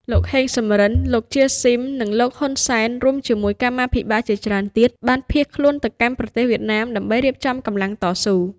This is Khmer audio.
លោក ហេង សំរិន លោក ជា ស៊ីម និងលោក ហ៊ុន សែន រួមជាមួយកម្មាភិបាលជាច្រើនទៀត បានភៀសខ្លួនទៅកាន់ប្រទេសវៀតណាមដើម្បីរៀបចំកម្លាំងតស៊ូ។